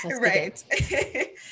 Right